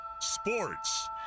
Sports